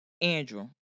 Andrew